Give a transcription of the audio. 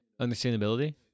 Understandability